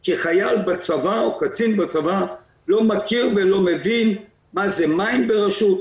כי חייל בצבא או קצין בצבא לא מכיר ולא מבין מה זה מים ברשות,